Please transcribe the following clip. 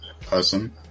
person